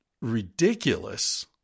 ridiculous